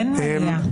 אין מניעה.